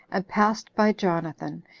and passed by jonathan,